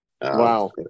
Wow